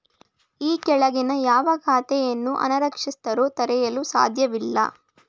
ಈ ಕೆಳಗಿನ ಯಾವ ಖಾತೆಗಳನ್ನು ಅನಕ್ಷರಸ್ಥರು ತೆರೆಯಲು ಸಾಧ್ಯವಿಲ್ಲ?